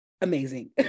amazing